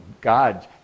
God